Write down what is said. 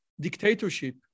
dictatorship